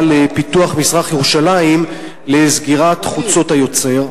לפיתוח מזרח-ירושלים לסגירת "חוצות היוצר"?